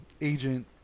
agent